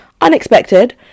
Unexpected